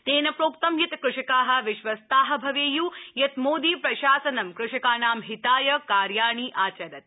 तेन प्रोक्तं यत कृषका विश्वस्ता भवेयु यत मोदी प्रशासनं कृषकाणां हिताय कार्याणि आचरति